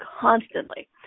constantly